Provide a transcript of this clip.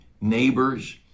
neighbors